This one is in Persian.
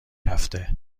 هفته